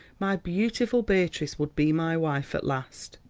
my beautiful beatrice, would be my wife at last.